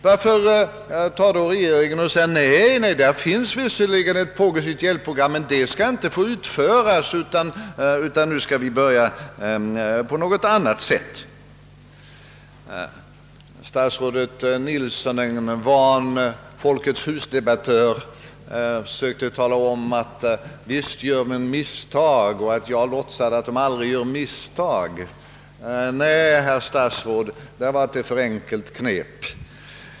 Varför säger då regeringen att det visserligen behövs ett progressivt hjälpprogram men att det som finns för SIDAS del inte skall få utföras utan att man skall göra på något annat sätt? Statsrådet Nilsson, som är en van folketshusdebattör, talar om att visst begår man misstag men att jag låtsades som om jag aldrig skulle göra det. Nej, herr statsrådet, det var ett för enkelt knep.